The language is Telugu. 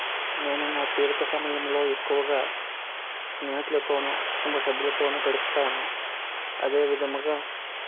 నేను నా తీరిక సమయంలో ఎక్కువగా స్నేహితులతోను కుటుంబ సభ్యులతోను గడుపుతాను అదే విధముగా